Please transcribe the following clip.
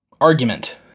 argument